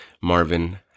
Marvin